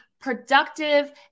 productive